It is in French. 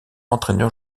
entraîneur